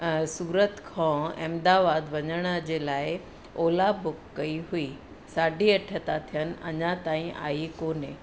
सूरत खां अहमदाबाद वञण जे लाइ ओला बुक कई हुई साढी अठ था थियनि अञां ताईं आई कोन्हे